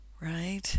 Right